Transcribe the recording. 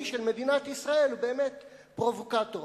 של מדינת ישראל הוא באמת פרובוקטור.